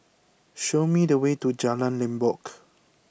show me the way to Jalan Limbok